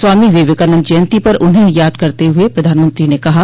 स्वामी विवेकानंद जयंती पर उन्हें याद करते हुए प्रधानमंत्री ने कहा